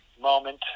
moment